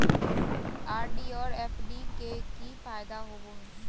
RD और FD के की फायदा होबो हइ?